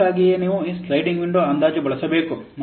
ಆದ್ದರಿಂದ ಅದಕ್ಕಾಗಿಯೇ ನೀವು ಈ ಸ್ಲೈಡಿಂಗ್ ವಿಂಡೋ ಅಂದಾಜು ಬಳಸಬೇಕು